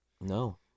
no